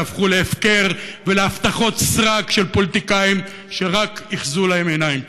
שהפכו להפקר ולהבטחות סרק של פוליטיקאים שרק איחזו את עיניהם.